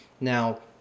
Now